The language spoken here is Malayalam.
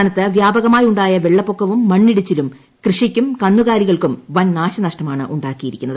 സംസ്ഥാനത്ത് വ്യാപകമായുണ്ടായ വെള്ളപ്പൊക്കവും മണ്ണിടിച്ചിലും കൃഷിയ്ക്കും കന്നുകാലുകൾക്കും വൻ നാശനഷ്ടമാണ് ഉണ്ടാക്കിയിരിക്കുന്നത്